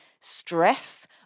stress